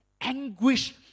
anguish